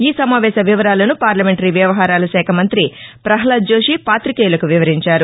ఈ సమావేశ వివరాలను పార్లమెంటరీ వ్యవహారాల శాఖ మంత్రి ప్రహ్లోద్ జోషి పాతికేయులకు వివరించారు